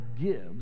gives